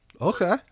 Okay